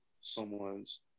someone's